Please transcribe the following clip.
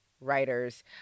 writers